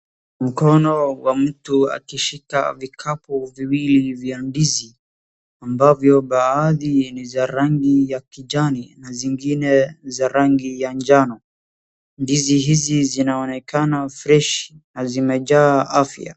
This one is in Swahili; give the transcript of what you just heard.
Mkono wa mtu akishika vikapu viwili vya ndizi ambavyo baadhi ni za rangi ya kijani na zingine za rangi ya njano. Ndizi hizi zinaonekana freshi na zimejaa afya.